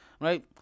Right